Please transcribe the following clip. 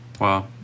Wow